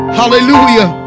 hallelujah